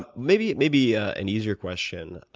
but maybe maybe ah an easier question